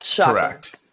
correct